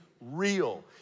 real